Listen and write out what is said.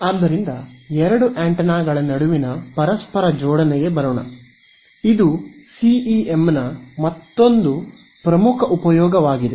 ಆದ್ದರಿಂದ ಎರಡು ಆಂಟೆನಾಗಳ ನಡುವಿನ ಪರಸ್ಪರ ಜೋಡಣೆಗೆ ಬರೋಣ ಇದು ಸಿಇಎಂ ನ ಮತ್ತೊಂದು ಪ್ರಮುಖ ಉಪಯೋಗವಾಗಿದೆ